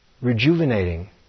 rejuvenating